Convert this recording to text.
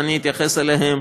ואני אתייחס אליהן,